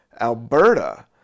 Alberta